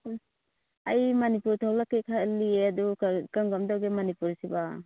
ꯑꯩ ꯃꯅꯤꯄꯨꯔ ꯊꯣꯛꯂꯛꯀꯦ ꯈꯜꯂꯤꯌꯦ ꯑꯗꯨ ꯀꯔꯝ ꯀꯔꯝ ꯇꯧꯒꯦ ꯃꯅꯤꯄꯨꯔꯁꯤꯕꯣ